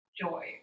joy